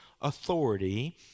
authority